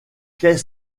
qu’est